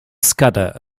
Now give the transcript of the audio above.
scudder